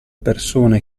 persone